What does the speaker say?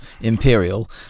Imperial